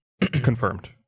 confirmed